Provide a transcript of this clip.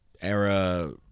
era